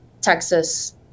Texas